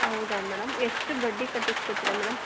ಹೌದಾ ಮೇಡಮ್ ಎಷ್ಟು ಬಡ್ಡಿ ಕಟ್ಟಿಸ್ಕೊತೀರಾ ಮೇಡಮ್